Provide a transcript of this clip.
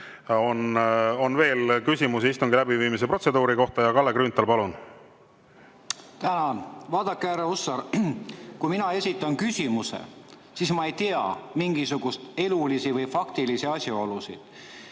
on veel küsimusi istungi läbiviimise protseduuri kohta. Kalle Grünthal, palun!